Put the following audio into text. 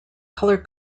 color